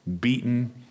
beaten